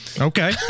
Okay